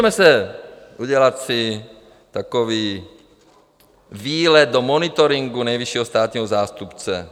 Můžeme si udělat takový výlet do monitoringu nejvyššího státního zástupce.